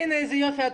איזה יופי.